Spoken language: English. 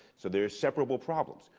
so they're separable problems.